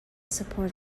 support